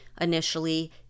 initially